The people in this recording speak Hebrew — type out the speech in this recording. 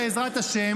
בעזרת ה',